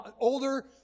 older